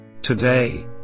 today